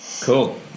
cool